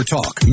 Talk